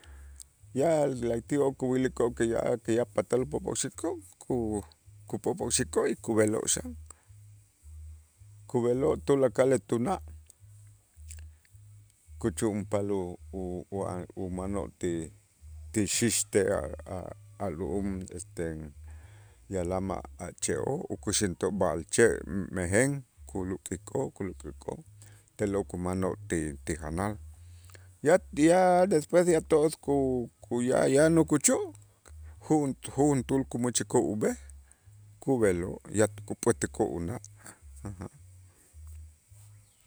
Ya la'ayti'oo' kuyilikoo' que ya que ya patal popokxik'oo' ku- kupopokxik'oo' y kub'eloo' xan kub'eloo' tulakal tuna', kuchu'unpal u- u- uwa umanoo ti xixtej a' a' a' lu'um este yalam a' a' che'oo' ukuxäntoo' b'a'alche' mejen kuluktikoo', kuluktikoo' te'lo' kumanoo' ti ti janal ya ya despues ya todos kuya yan nukuchu' ju'unt- ju'untul kumächikoo' ub'ej kub'eloo' ya kup'ätikoo' una'